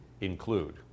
include